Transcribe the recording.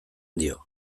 dio